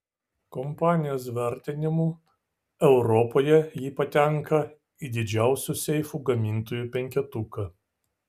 kompanijos vertinimu europoje ji patenka į didžiausių seifų gamintojų penketuką